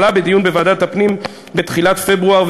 כבר עלה בדיון בוועדת הפנים בתחילת פברואר,